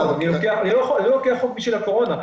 אני לא לוקח חוק בשביל הקורונה,